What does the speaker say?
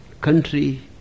country